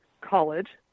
college